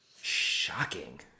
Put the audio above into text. Shocking